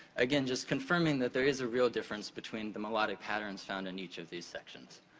again, just confirming that there is a real difference between the melodic patterns found in each of these sections.